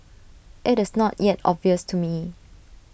IT is not yet obvious to me